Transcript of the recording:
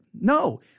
no